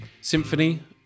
Symphony